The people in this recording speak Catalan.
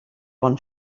bon